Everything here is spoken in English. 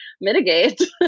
mitigate